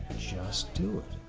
just do it.